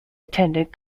attended